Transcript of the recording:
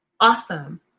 awesome